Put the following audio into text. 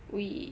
we